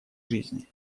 жизни